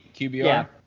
QBR